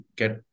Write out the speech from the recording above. get